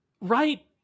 Right